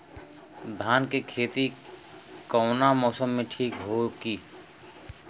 धान के खेती कौना मौसम में ठीक होकी?